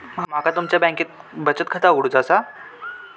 माका तुमच्या बँकेत बचत खाता उघडूचा असा?